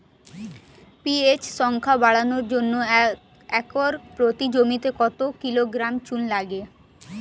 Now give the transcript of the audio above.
PH সংখ্যা বাড়ানোর জন্য একর প্রতি জমিতে কত কিলোগ্রাম চুন লাগে?